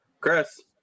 Chris